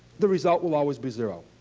the result will always be zero.